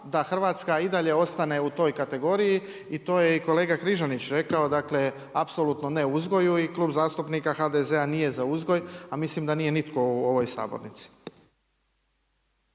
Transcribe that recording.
da Hrvatska i dalje ostane u toj kategorije i to je i kolega Križanić rekao, dakle apsolutno ne uzgoju i Klub zastupnika HDZ-a nije za uzgoj, a mislim da nije nitko u ovoj sabornici.